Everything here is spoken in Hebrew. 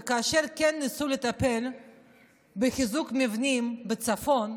וכאשר כן ניסו לטפל בחיזוק מבנים בצפון,